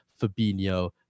Fabinho